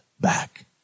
back